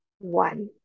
one